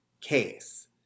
case